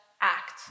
Act